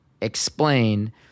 explain